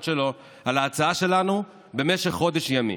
שלו על ההצעה שלנו בתוך חודש ימים.